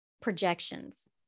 projections